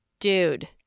Dude